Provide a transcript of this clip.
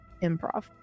improv